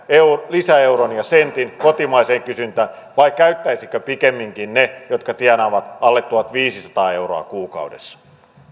lisäeuron ja sentin kotimaiseen kysyntään vai käyttäisivätkö pikemminkin ne jotka tienaavat alle tuhatviisisataa euroa kuukaudessa